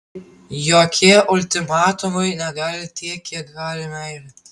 jokie ultimatumai negali tiek kiek gali meilė